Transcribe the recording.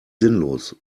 sinnlos